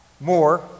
More